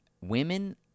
women